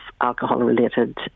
alcohol-related